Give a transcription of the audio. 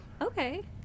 Okay